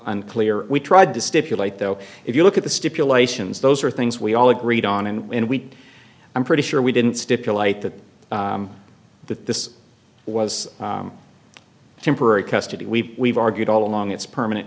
unclear we tried to stipulate though if you look at the stipulations those are things we all agreed on and when we did i'm pretty sure we didn't stipulate that that this was temporary custody we've we've argued all along it's permanent